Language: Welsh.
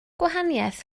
gwahaniaeth